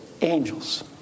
angels